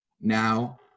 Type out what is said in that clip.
now